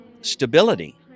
stability